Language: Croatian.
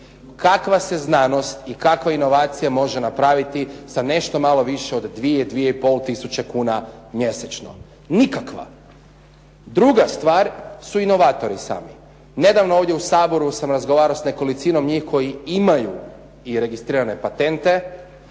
Kakva se znanost i kakva inovacija može napraviti sa nešto malo više od 2, 2,5 tisuće kuna mjesečno? Nikakva! Druga stvar su inovatori sami. Nedavno ovdje u Saboru sam razgovarao sa nekolicinom njih koji imaju i registrirane patente